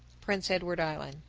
prince edward island.